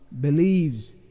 believes